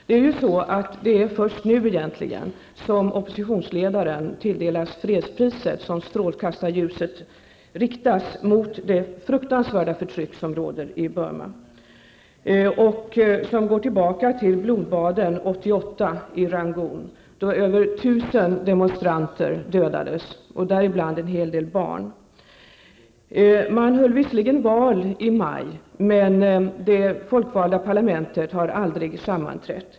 Det är först nu, sedan oppositionsledaren tilldelats fredspriset, som strålkastarljuset riktas mot det fruktansvärda förtryck som råder i Burma och som går tillbaka till blodbaden i Rangoon 1988, då över Man höll visserligen val i maj, men det folkvalda parlamentet har aldrig sammanträtt.